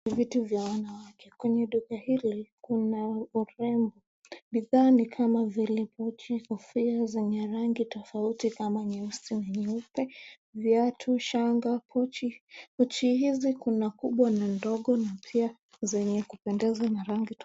Vitu vya wanawake. Kwenye duka hili, kuna bidhaa kama vile pochi, kofia zenye rangi tofauti kama vile nyeusi na nyeupe, viatu, shanga, pochi. Pochi hizi kuna kubwa na ndogo na pia zenye kupendeza na rangi tofauti.